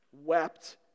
wept